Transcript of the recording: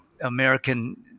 american